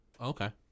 Okay